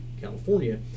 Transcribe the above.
California